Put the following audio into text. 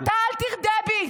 אז אתה אל תרדה בי.